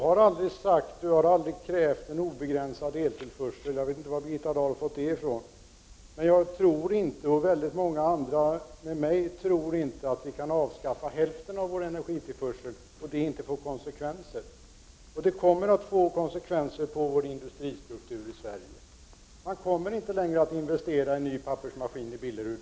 Herr talman! Jag har aldrig krävt en obegränsad eltillförsel. Jag vet inte vad Birgitta Dahl har fått det från. Men jag och många andra tror inte att vi kan avskaffa hälften av vår energitillförsel utan att det får konsekvenser. Det kommer att få konsekvenser på Sveriges industristruktur. På Billerud kommer man inte att investera i en ny pappersmaskin.